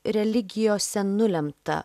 religijose nulemta